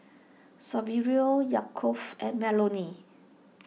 Saverio Yaakov and Melony